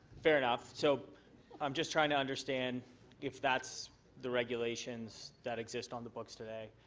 fair enough. so i'm just trying to understand if that's the regulations that exist on the books today.